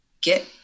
get